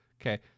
Okay